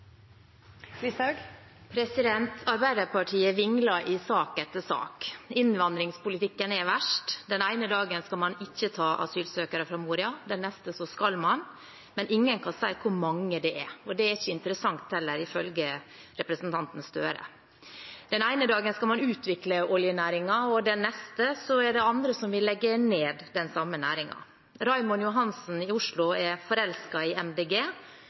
verst. Den ene dagen skal man ikke ta imot asylsøkere fra Moria, den neste skal man, men ingen kan si hvor mange det er, og det er heller ikke interessant, ifølge representanten Gahr Støre. Den ene dagen skal man utvikle oljenæringen, og den neste er det andre som vil legge ned den samme næringen. Raymond Johansen i Oslo er forelsket i MDG,